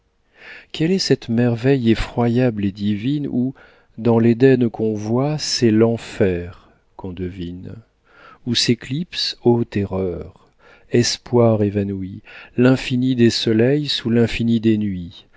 quelle est cette merveille effroyable et divine où dans l'éden qu'on voit c'est l'enfer qu'on devine où s'éclipse ô terreur espoirs évanouis l'infini des soleils sous l'infini des nuits